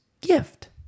gift